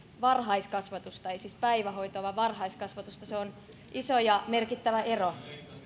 varhaiskasvatusta ei siis päivähoitoa vaan varhaiskasvatusta se on iso ja merkittävä ero